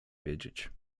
wiedzieć